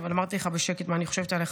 אבל אמרתי לך בשקט מה אני חושבת עליך,